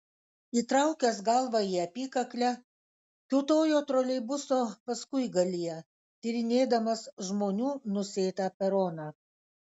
įtraukęs galvą į apykaklę kiūtojo troleibuso paskuigalyje tyrinėdamas žmonių nusėtą peroną